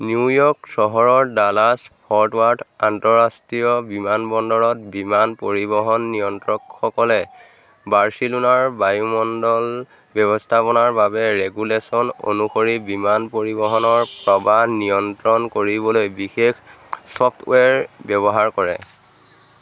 new York চহৰৰ Dallas Fort Worth আন্তঃৰাষ্ট্ৰীয় বিমানবন্দৰত বিমান পৰিবহণ নিয়ন্ত্ৰকসকলে বাৰ্চিলোনাৰ বায়ুমণ্ডল ব্যৱস্থাপনাৰ বাবে ৰেগুলেশ্যন অনুসৰি বিমান পৰিবহণৰ প্ৰৱাহ নিয়ন্ত্ৰণ কৰিবলৈ বিশেষ ছফ্টৱেৰ ব্যৱহাৰ কৰে